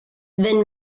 wenn